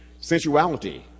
sensuality